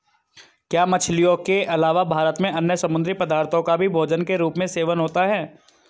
क्या मछलियों के अलावा भारत में अन्य समुद्री पदार्थों का भी भोजन के रूप में सेवन होता है?